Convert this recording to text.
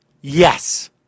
yes